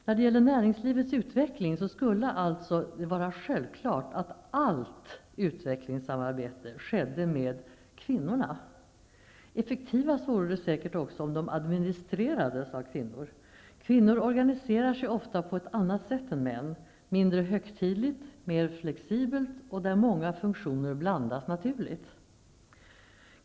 När det gäller näringslivets utveckling skulle det alltså vara självklart att allt utvecklingssamarbete skedde med kvinnorna. Effektivast vore det säkert också om det administrerades av kvinnor. Kvinnor organiserar sig ofta på ett annat sätt än män, mindre högtidligt, mer flexibelt, och många funktioner blandas naturligt.